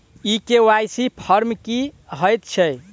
ई KYC form की हएत छै?